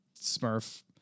Smurf